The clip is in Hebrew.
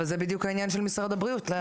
וזה בדיוק העניין של משרד הבריאות,